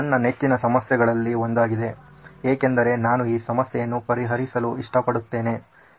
ನನ್ನ ನೆಚ್ಚಿನ ಸಮಸ್ಯೆಗಳಲ್ಲಿ ಒಂದಾಗಿದೆ ಏಕೆಂದರೆ ನಾನು ಈ ಸಮಸ್ಯೆಯನ್ನು ಪರಿಹರಿಸಲು ಇಷ್ಟಪಡುತ್ತೇನೆ